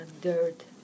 dirt